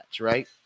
right